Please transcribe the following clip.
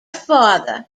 father